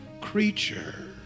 creature